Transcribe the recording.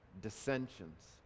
dissensions